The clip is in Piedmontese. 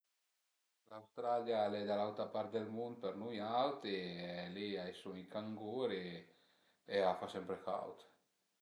L'Australia al e da l'auta part dël mund për nui auti e li a i sun i canguri e a fa sempre caud